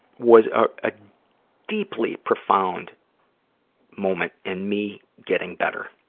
was a deeply profound moment in me getting better.